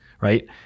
right